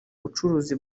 bucuruzi